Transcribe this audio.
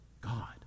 God